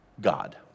God